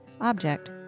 object